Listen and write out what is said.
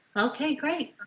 okay great